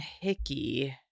Hickey